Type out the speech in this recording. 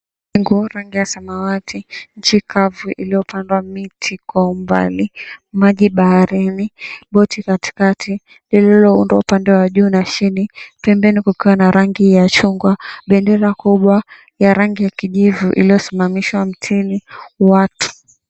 Mawingu rangi ya samawati, nchi kavu iliyopandwa miti kwa umbali, maji baharini, boti katikati lililoundwa upande wa juu na chini, pembeni kukiwa na rangi ya chungwa, bendera kubwa ya rangi ya kijivu iliyosimamishwa mtini, watu.